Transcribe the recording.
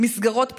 מסגרות פנאי,